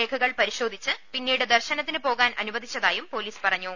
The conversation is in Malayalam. രേഖ കൾ പരിശോധിച്ച് പിന്നീട് ദർശനത്തിന് പോകാൻ അനുവദിച്ച തായും പൊലീസ് പറഞ്ഞു